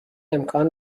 امکان